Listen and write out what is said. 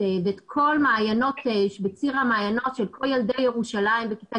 ואת כל המעיינות בציר המעיינות שכל ילדי ירושלים בכיתה